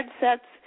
headsets